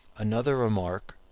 another remark,